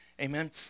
Amen